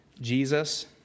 Jesus